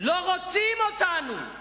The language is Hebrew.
לא רוצים אותנו.